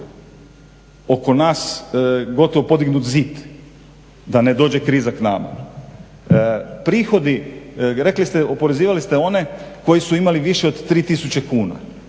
oko nas gotovo podignut zid da ne dođe kriza k nama. Prihodi, rekli ste oporezivali ste one koji su imali više od 3 tisuće kuna.